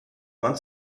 man